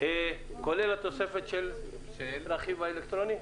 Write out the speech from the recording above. כולל התוספת של הדרכים האלקטרוניות?